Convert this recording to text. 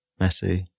Messi